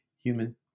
human